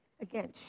again